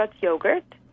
yogurt